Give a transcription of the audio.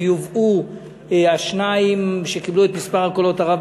יובאו השניים שקיבלו את מספר הקולות הרב